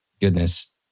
goodness